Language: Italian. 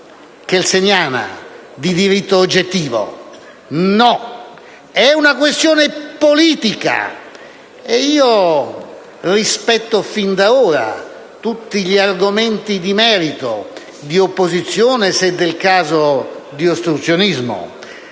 kelseniana di diritto oggettivo: no, è una questione politica. E io rispetto fin da ora tutti gli argomenti di merito, di opposizione, se del caso di ostruzionismo,